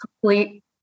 Complete